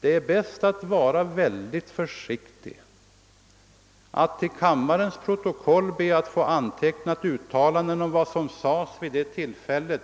Det är bäst att vara mycket försiktig med att till kammarens protokoll be att få antecknade uttalanden om vad som yttrades vid ett tillfälle